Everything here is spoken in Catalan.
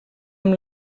amb